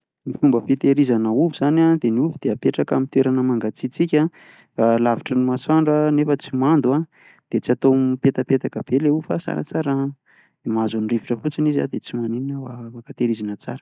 Ny fomba fitahirizana ovy izany an, ny ovy dia apetraka amin'ny toerana mangatsiatsika, lavitry ny masoandro nefa tsy mando an, dia tsy atao mipetapetaka be ilay ovy fa saratsarahana dia mba amin'ny rivotra fotsiny izy an dia tsy maninona fa afaka tehirizina tsara.